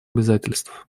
обязательств